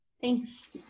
Thanks